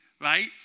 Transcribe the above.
right